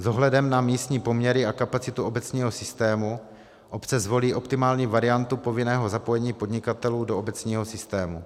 S ohledem na místní poměry a kapacitu obecního systému obce zvolí optimální variantu povinného zapojení podnikatelů do obecního systému.